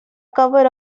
cover